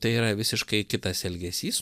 tai yra visiškai kitas elgesys